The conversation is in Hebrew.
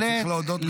צריך להודות גם לו.